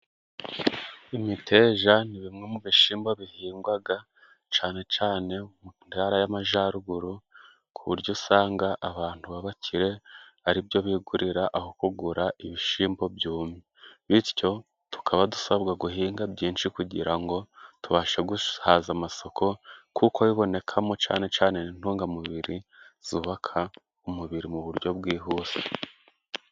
Imiteja ni bimwe mu bishimbo bihingwaga cane cane mu Ntara y'Amajaruguru ku buryo usanga abantu b'abakire ari byo bigurira aho kugura ibishimbo byumye. Bityo tukaba dusabwa guhinga byinshi kugira ngo tubashe guhaza amasoko kuko bibonekamo cane cane n'intungamubiri zubaka umubiri mu buryo bwihuse.